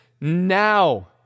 now